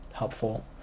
helpful